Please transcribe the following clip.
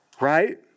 Right